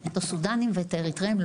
את הסודנים ואת האריתראים,